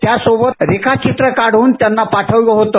त्यासोबत रेखाचित्र काढून त्यांना पाठवलं होतं